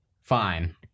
Fine